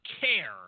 care